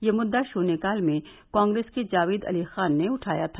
यह मुद्दा शून्यकाल में कांग्रेस के जावेद अली खान ने उठाया था